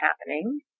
happening